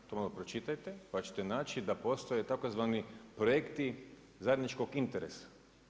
To malo pročitajte, pa ćete naći da postoje tzv. projekti zajedničkog interesa.